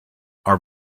are